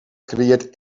creëert